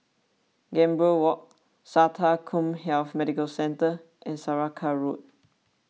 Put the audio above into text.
Gambir Walk Sata CommHealth Medical Centre and Saraca Road